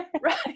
right